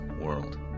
world